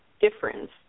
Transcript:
difference